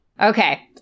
Okay